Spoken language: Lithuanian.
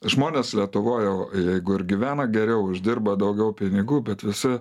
žmonės lietuvoj jau jeigu ir gyvena geriau uždirba daugiau pinigų bet visi